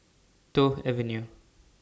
Toh Avenue